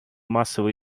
массовые